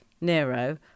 Nero